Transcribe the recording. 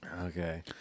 Okay